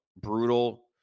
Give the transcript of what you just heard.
brutal